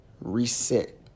Reset